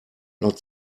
not